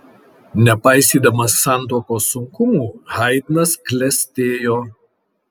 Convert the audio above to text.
nepaisydamas santuokos sunkumų haidnas klestėjo